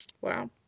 Wow